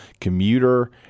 commuter